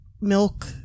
Milk